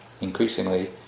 increasingly